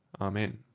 Amen